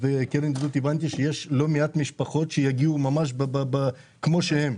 והקרן לידידות הבנתי שיש לא מעט משפחות שיגיעו ממש כמו שהן.